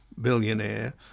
billionaire